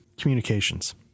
communications